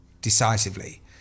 decisively